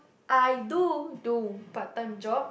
I do do part time job